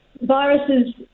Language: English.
Viruses